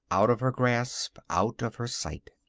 out of her grasp, out of her sight.